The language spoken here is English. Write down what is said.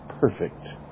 perfect